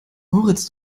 moritz